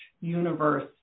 universe